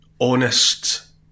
honest